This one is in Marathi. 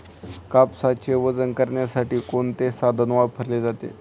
कापसाचे वजन करण्यासाठी कोणते साधन वापरले जाते?